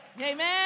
Amen